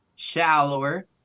shallower